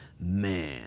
man